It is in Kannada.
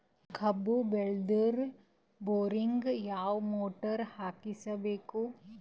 ಕಬ್ಬು ಬೇಳದರ್ ಬೋರಿಗ ಯಾವ ಮೋಟ್ರ ಹಾಕಿಸಬೇಕು?